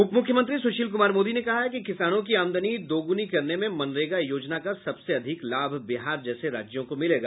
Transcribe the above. उपमुख्यमंत्री सुशील कुमार मोदी ने कहा कि किसानों की आमदनी दुगुनी करने में मनरेगा योजना का सबसे अधिक लाभ बिहार जैसे राज्यों को मिलेगा